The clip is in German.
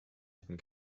hätten